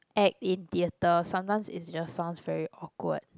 act in theatre sometimes is just sounds very awkward